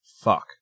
fuck